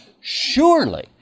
surely